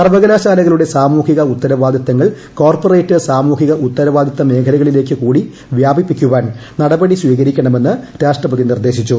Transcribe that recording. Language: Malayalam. സർവ്വകലാശാലകളുടെ സാമൂഹിക ഉത്തരവാദിത്തങ്ങൾ കോർപ്പറേറ്റ് സാമൂഹിക ഉത്തരവാദിത്തമേഖലകളിലേക്കുകൂടി വ്യാപിപ്പിക്കുവാൻ നടപടി സ്വീകരിക്കണമെന്ന് രാഷ്ട്രപതി നിർദ്ദേശിച്ചു